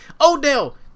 Odell